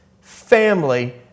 family